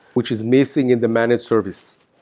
which is missing in the managed service.